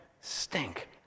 Stink